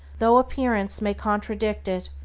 though appearances may contradict it,